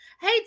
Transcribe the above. Hey